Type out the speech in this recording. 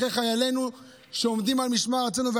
אחרי חיילינו שעומדים על משמר ארצנו,